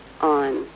on